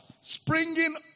Springing